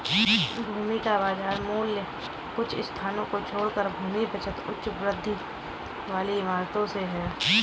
भूमि का बाजार मूल्य कुछ स्थानों को छोड़कर भूमि बचत उच्च वृद्धि वाली इमारतों से है